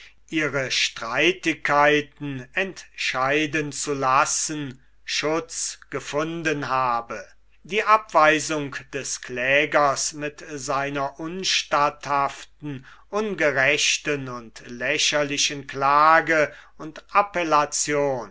ihre streitigkeiten entscheiden zu lassen schutz gefunden habe die abweisung des klägers mit seiner unstatthaften ungerechten und lächerlichen klage und appellation